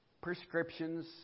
prescriptions